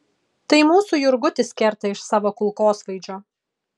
tai mūsų jurgutis kerta iš savo kulkosvaidžio